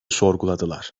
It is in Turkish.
sorguladılar